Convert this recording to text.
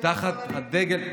תחת הדגל,